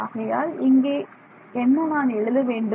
ஆகையால் இங்கே என்ன நான் எழுத வேண்டும்